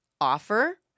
offer